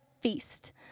feast